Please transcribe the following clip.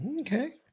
okay